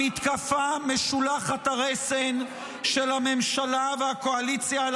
המתקפה משולחת הרסן של הממשלה והקואליציה על